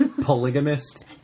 Polygamist